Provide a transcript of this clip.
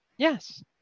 Yes